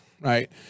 right